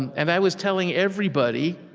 and i was telling everybody,